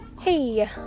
Hey